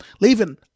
leaving